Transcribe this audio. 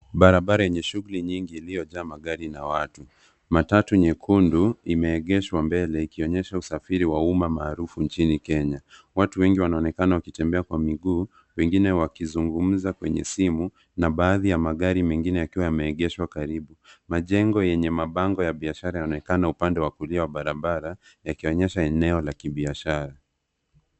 Barabara yenye shughuli nyingi iliyojaa magari na watu. Matatu nyekundu imeegeshwa mbele ikionyesha usafiri wa umma maarufu nchini Kenya. Watu wengi wanonekana wakitembea kwa miguu, wengine wakizungumza kwenye simu na baadhi ya magari mengine yakiwa yameegeshwa karibu. Majengo yenye mabango ya biashara yanaonekana upande wa kulia wa barabara yakionyesha eneo la kibiashara.